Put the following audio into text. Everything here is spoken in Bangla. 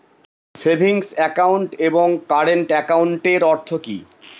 সেভিংস একাউন্ট এবং কারেন্ট একাউন্টের অর্থ কি?